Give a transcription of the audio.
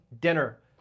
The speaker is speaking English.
dinner